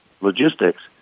Logistics